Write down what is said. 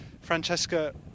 Francesca